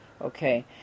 Okay